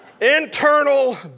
Internal